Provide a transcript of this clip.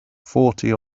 forty